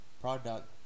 product